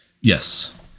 Yes